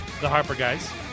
theharperguys